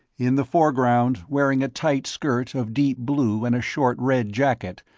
in the foreground, wearing a tight skirt of deep blue and a short red jacket,